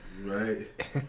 Right